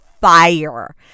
fire